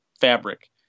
fabric